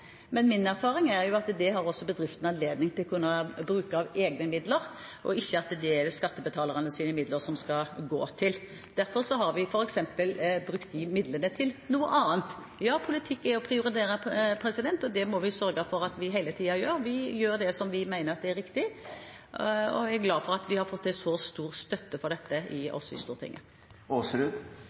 men min erfaring er at det har bedriftene anledning til å kunne bruke egne midler til – ikke at det er skattebetalernes midler som skal gå til det. Derfor har vi f.eks. brukt disse midlene til noe annet. Politikk er å prioritere, og det må vi sørge for at vi hele tiden gjør. Vi gjør det som vi mener er riktig, og er glad for at vi har fått så stor støtte for dette også i Stortinget. Jeg registrerer at statsråden nå sier at det var riktig å prioritere bort 15 mill. kr i